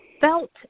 felt